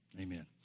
Amen